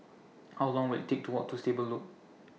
How Long Will IT Take to Walk to Stable Loop